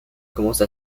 commence